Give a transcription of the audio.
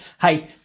hey